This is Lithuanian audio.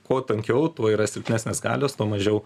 kuo tankiau tuo yra silpnesnės galios tuo mažiau